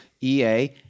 EA